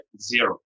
zero